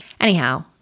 Anyhow